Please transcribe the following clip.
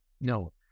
no